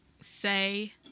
say